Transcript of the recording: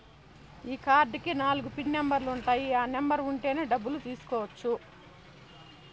ఈ కార్డ్ కి నాలుగు పిన్ నెంబర్లు ఉంటాయి ఆ నెంబర్ ఉంటేనే డబ్బులు తీసుకోవచ్చు